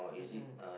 mm mm